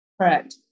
Correct